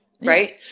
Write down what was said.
right